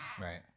Right